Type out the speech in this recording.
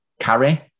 carry